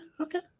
Okay